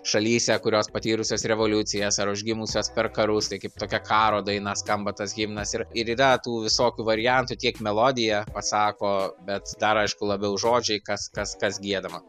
šalyse kurios patyrusios revoliucijas ar užgimusios per karus tai kaip tokia karo daina skamba tas himnas ir ir yra tų visokių variantų tiek melodija pasako bet dar aišku labiau žodžiai kas kas kas giedama